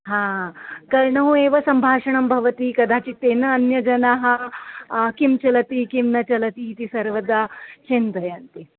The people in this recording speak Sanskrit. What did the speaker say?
ह कर्णे एव सम्भाषणं भवति कदाचित् तेन अन्यजनाः किं चलति किं न चलति इति सर्वदा चिन्तयन्ति